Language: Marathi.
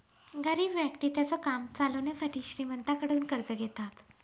गरीब व्यक्ति त्यांचं काम चालवण्यासाठी श्रीमंतांकडून कर्ज घेतात